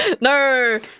no